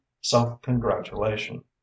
self-congratulation